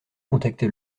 contacter